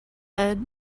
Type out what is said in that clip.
head